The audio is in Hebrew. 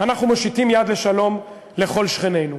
אנחנו מושיטים יד לשלום לכל שכנינו.